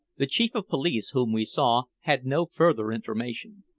the chief of police, whom we saw, had no further information.